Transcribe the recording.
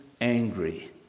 angry